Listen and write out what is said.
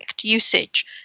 usage